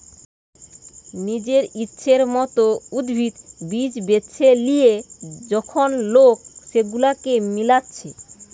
নিজের ইচ্ছের মত উদ্ভিদ, বীজ বেছে লিয়ে যখন লোক সেগুলাকে মিলাচ্ছে